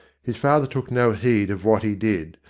his father took no heed of what he did,